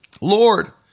Lord